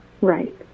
Right